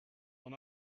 will